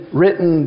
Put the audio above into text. written